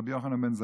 רבי יוחנן בן זכאי,